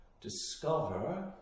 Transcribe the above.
discover